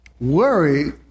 Worry